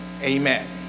Amen